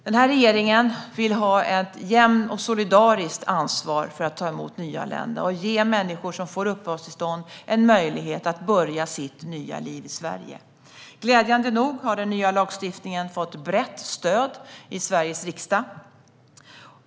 Den här regeringen vill ha ett jämnt och solidariskt ansvar för att ta emot nyanlända och ge människor som får uppehållstillstånd en möjlighet att börja sitt nya liv i Sverige. Glädjande nog har den nya lagstiftningen fått ett brett stöd i Sveriges riksdag.